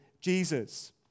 Jesus